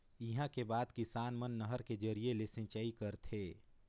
इहां के जादा किसान मन नहर के जरिए ले सिंचई करथे